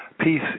peace